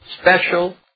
special